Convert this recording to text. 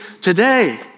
today